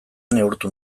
neurtu